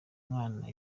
mwana